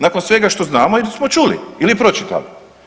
Nakon svega što znamo ili smo čuli ili pročitali.